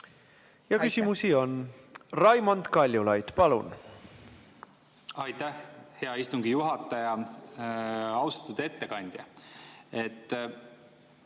Ja küsimusi on. Raimond Kaljulaid, palun! Aitäh, hea istungi juhataja! Austatud ettekandja!